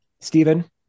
Stephen